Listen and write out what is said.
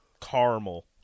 caramel